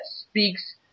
speaks